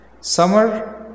summer